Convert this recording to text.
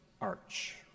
arch